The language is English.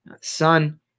son